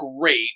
great